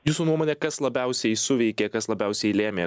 jūsų nuomone kas labiausiai suveikė kas labiausiai lėmė